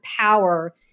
power